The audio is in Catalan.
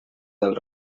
del